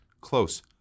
Close